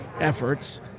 efforts